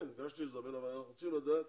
כן, ביקשתי לזמן, אבל אנחנו רוצים לדעת,